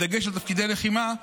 בדגש על תפקידי לחימה,